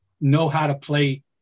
know-how-to-play